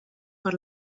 per